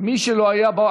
מי שלא היה פה,